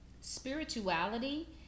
spirituality